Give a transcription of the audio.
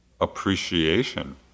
appreciation